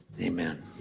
Amen